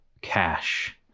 cash